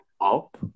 up